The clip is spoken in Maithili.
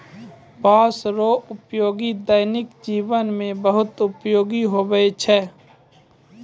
बाँस रो उपयोग दैनिक जिवन मे बहुत उपयोगी हुवै छै